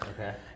Okay